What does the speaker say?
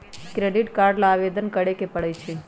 credit card ला आवेदन करे के परई छई